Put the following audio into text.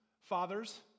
fathers